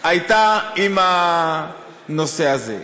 הייתה עם הנושא הזה.